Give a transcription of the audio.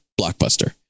blockbuster